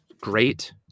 great